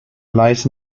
lies